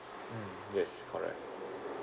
mm yes correct